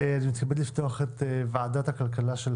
אני מתכבד לפתוח את הדיון של ועדת הכלכלה,